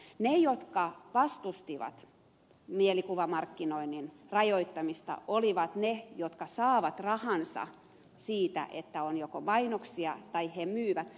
ne jotka vastustivat mielikuvamarkkinoinnin rajoittamista olivat niitä jotka saavat rahansa siitä että on joko mainoksia tai niitä jotka myyvät